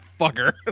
fucker